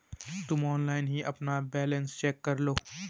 तुम ऑनलाइन ही अपना बैलन्स चेक करलो